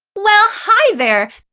well, hi there!